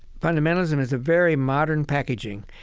fundamentalism is a very modern packaging.